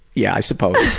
yeah, i suppose.